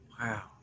Wow